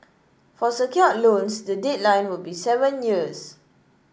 for secured loans the deadline will be seven years